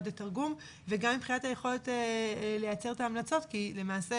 לתרגום וגם מבחינת היכולת לייצר את ההמלצות כי למעשה